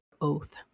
oath